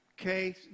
okay